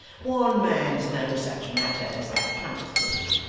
one man's no such matter as that comes to